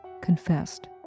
confessed